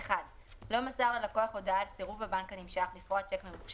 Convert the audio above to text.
ואפילו בחוק צ'קים ללא כיסוי יש הרבה סמכויות שניתנו למפקח על הבנקים,